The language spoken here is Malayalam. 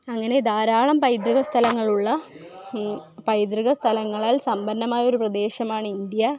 അങ്ങനെ ധാരാളം പൈതൃക സ്ഥലങ്ങളുള്ള പൈതൃക സ്ഥലങ്ങളാൽ സമ്പന്നമായൊരു പ്രദേശമാണ് ഇന്ത്യ